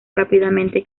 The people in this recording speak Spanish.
rápidamente